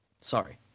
Sorry